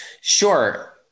sure